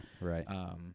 Right